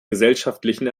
gesellschaftlichen